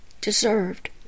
deserved